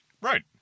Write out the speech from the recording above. Right